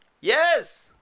Yes